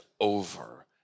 over